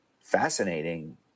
fascinating